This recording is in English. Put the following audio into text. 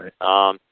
Right